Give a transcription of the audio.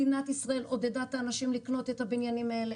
מדינת ישראל עודדה את האנשים לקנות את הבניינים האלה.